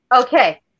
Okay